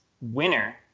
winner